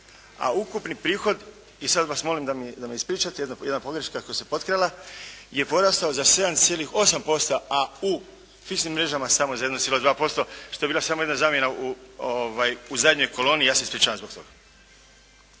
a ukupni prihod, i sada vas molim da me ispričate, jedna pogreška koja se potkrala, je porastao za 7,8% a u fiksnim mrežama samo za 1,2% što je bila samo jedna zamjena u zadnjoj koloni, ja se ispričavam zbog toga.